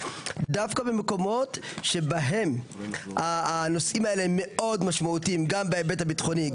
דווקא במקומות שבהם הנושאים האלה הם מאוד משמעותיים גם בהיבט הביטחוני,